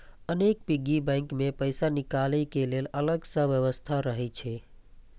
अनेक piggy bank मे पैसा निकालै के लेल अलग सं व्यवस्था रहै छै